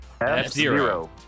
F-Zero